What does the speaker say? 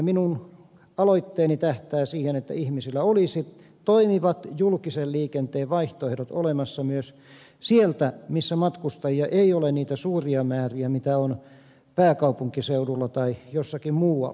minun aloitteeni tähtää siihen että ihmisillä olisi toimivat julkisen liikenteen vaihtoehdot olemassa myös siellä missä matkustajia ei ole suuria määriä mitä on pääkaupunkiseudulla tai jossakin muualla